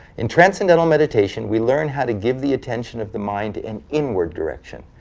in transcendental meditation we learn how to give the attention of the mind an inward direction.